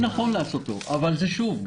אבל שוב,